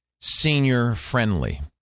senior-friendly